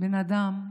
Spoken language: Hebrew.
בן אדם,